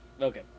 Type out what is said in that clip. Okay